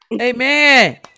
Amen